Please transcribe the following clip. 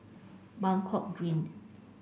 Buangkok Green